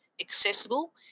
accessible